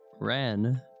Ren